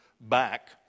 back